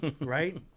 Right